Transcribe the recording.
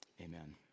Amen